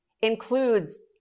includes